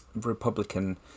Republican